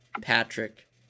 Patrick